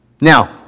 Now